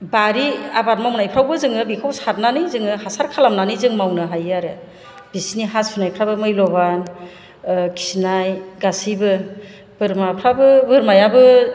बारि आबाद मावनायफ्रावबो जोङो सारनानै जोङो हासार खालामनानै जों मावनो हायो आरो बिसिनि हासुनायफ्राबो मैल'बान खिनाय गासैबो बोरमाफ्राबो बोरमायाबो